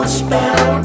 spell